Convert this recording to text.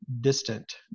distant